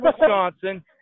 Wisconsin